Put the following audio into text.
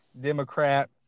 Democrat